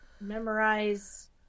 memorize